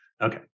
Okay